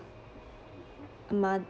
mot~